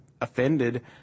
offended